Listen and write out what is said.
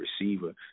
receiver